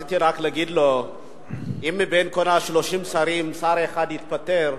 רציתי רק להגיד לו שאם מבין כל ה-30 שרים שר אחד יתפטר,